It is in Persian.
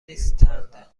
نیستند